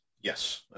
Yes